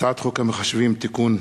הצעת החוק המחשבים (תיקון),